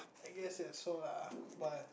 I guess also lah but